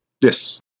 Yes